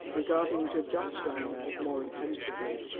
regarding judge ostrander more attentively,